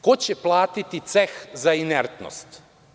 Ko će platiti ceh za inertnost?